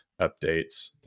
updates